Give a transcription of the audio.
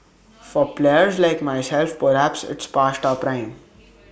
for players like myself perhaps it's past our prime